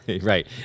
Right